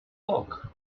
look